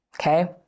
okay